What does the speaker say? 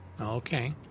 Okay